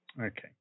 Okay